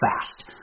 fast